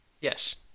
Yes